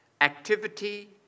activity